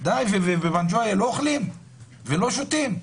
בפאנג'ויה לא אוכלים ולא שותים?